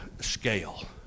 scale